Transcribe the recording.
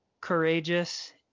courageous